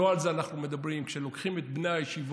לא על זה אנחנו מדברים כשלוקחים את בני הישיבות